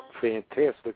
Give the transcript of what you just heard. fantastic